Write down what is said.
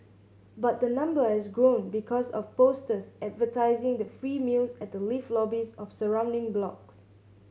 but the number has grown because of posters advertising the free meals at the lift lobbies of surrounding blocks